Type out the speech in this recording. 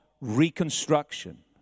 Reconstruction